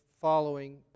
following